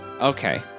Okay